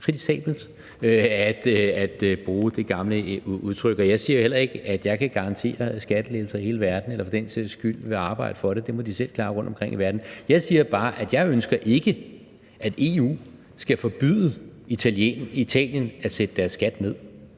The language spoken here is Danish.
kritisabelt at bruge det gamle udtryk. Jeg siger heller ikke, at jeg kan garantere skattelettelser i hele verden eller for den sags skyld vil arbejde for det. Det må de selv klare rundtomkring i verden. Jeg siger bare, at jeg ikke ønsker, at EU skal forbyde Italien at sætte deres skat ned,